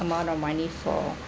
amount of money for